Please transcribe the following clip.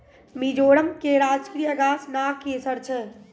मिजोरम के राजकीय गाछ नागकेशर छै